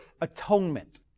atonement